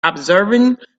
observing